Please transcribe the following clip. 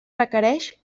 requereix